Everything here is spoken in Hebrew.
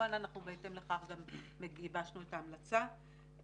וכמובן אנחנו בהתאם לכך גם גיבשנו את ההמלצה שהמשרד